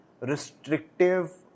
restrictive